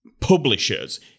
publishers